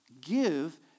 give